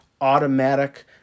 automatic